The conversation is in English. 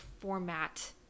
format